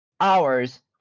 hours